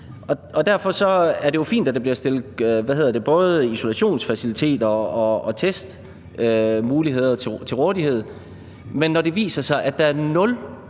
Derfor er det jo fint, at der bliver stillet både isolationsfaciliteter og testmuligheder til rådighed. Men når det viser sig, at der er 0